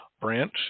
branch